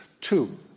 Two